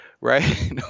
right